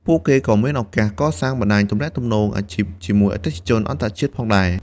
ពួកគេក៏មានឱកាសកសាងបណ្តាញទំនាក់ទំនងអាជីពជាមួយអតិថិជនអន្តរជាតិផងដែរ។